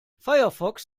firefox